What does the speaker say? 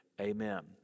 Amen